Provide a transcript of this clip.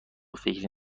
فکری